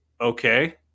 okay